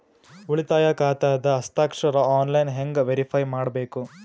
ಉಳಿತಾಯ ಖಾತಾದ ಹಸ್ತಾಕ್ಷರ ಆನ್ಲೈನ್ ಹೆಂಗ್ ವೇರಿಫೈ ಮಾಡಬೇಕು?